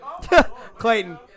Clayton